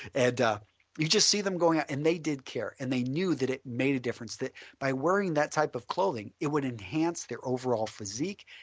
and you just see them going out. and they did care and they knew that it made a difference, that by wearing that type of clothing it would enhance their overall physique.